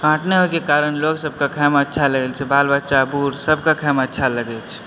काँट नै होइके कारण लोग सबके खाइमे अच्छा लगै छै बाल बच्चा बूढ़ सबके खाइमे अच्छा लगैछ